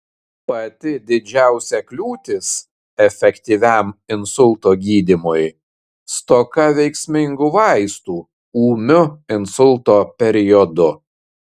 pati didžiausia kliūtis efektyviam insulto gydymui stoka veiksmingų vaistų ūmiu insulto periodu